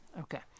Okay